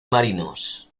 marinos